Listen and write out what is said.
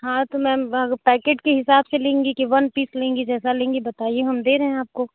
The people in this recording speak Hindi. हाँ तो मैम पैकेट के हिसाब से लेंगी कि वन पीस लेंगी जैसा लेंगी बताइए हम दे रहें आपको